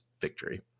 victory